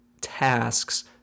tasks